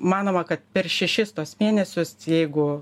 manoma kad per šešis tuos mėnesius jeigu